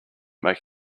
make